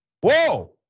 whoa